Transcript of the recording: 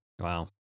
Wow